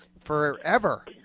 forever